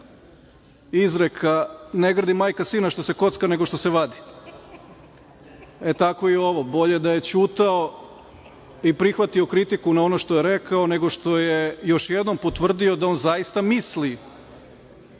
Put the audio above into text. izreka – ne grdi majka sina što se kocka, nego što se vadi. E, tako i ovo. Bolje da je ćutao i prihvatio kritiku na ono što je rekao, nego što je još jednom potvrdio da on zaista misli